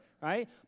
right